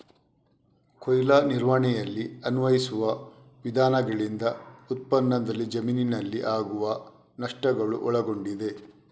ಕೊಯ್ಲು ನಿರ್ವಹಣೆಯಲ್ಲಿ ಅನ್ವಯಿಸುವ ವಿಧಾನಗಳಿಂದ ಉತ್ಪನ್ನದಲ್ಲಿ ಜಮೀನಿನಲ್ಲಿ ಆಗುವ ನಷ್ಟಗಳು ಒಳಗೊಂಡಿದೆ